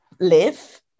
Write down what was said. Live